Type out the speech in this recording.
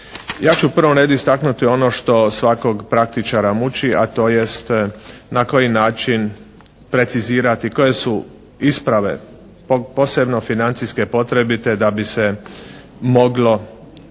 Ja ću u prvom redu istaknuti ono što svakog praktičara muči, a to jest na koji način precizirati koje su isprave posebno financijske potrebite da bi se moglo ishoditi